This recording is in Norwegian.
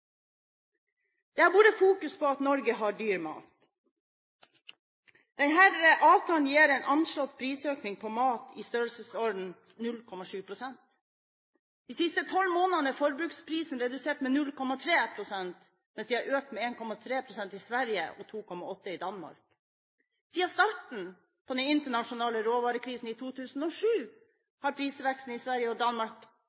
Det har vært fokus på at Norge har dyr mat. Denne avtalen gir en anslått prisøkning på mat i størrelsesorden 0,7 pst. De siste tolv månedene er forbrukerprisene redusert med 0,3 pst., mens de har økt med 1,3 pst. i Sverige og 2,8 pst. i Danmark. Siden starten på den internasjonale råvarekrisen i